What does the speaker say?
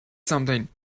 something